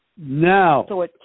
Now